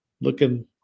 looking